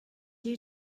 you